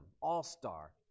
all-star